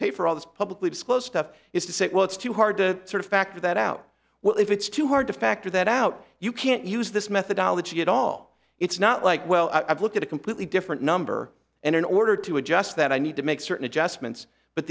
pay for all this publicly disclose stuff is to say well it's too hard to sort of factor that out well if it's too hard to factor that out you can't use this methodology at all it's not like well i've looked at a completely different number and in order to adjust that i need to make certain adjustments but